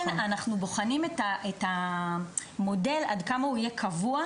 אנחנו בוחנים את המודל עד כמה הוא היה קבוע,